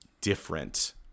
different